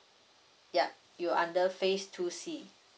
yup you under phase two C